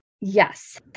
Yes